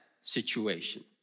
situation